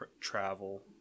travel